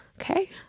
okay